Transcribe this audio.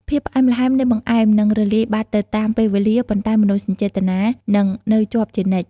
ភាពផ្អែមល្ហែមនៃបង្អែមនឹងរលាយបាត់ទៅតាមពេលវេលា ប៉ុន្តែមនោសញ្ចេតនានឹងនៅជាប់ជានិច្ច។